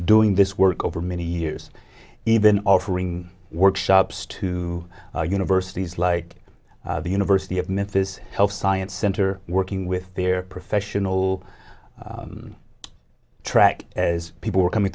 doing this work over many years even offering workshops to universities like the university of memphis health science center working with their professional track as people were coming